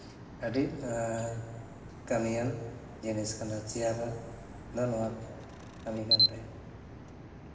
ᱟᱹᱰᱤ ᱠᱟᱹᱢᱤᱭᱟᱱ ᱡᱤᱱᱤᱥ ᱠᱟᱱᱟ ᱪᱮᱭᱟᱨ ᱫᱚ ᱱᱚᱣᱟᱠᱚ ᱠᱟᱹᱢᱤ ᱠᱟᱱ ᱛᱟᱭᱟ